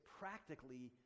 practically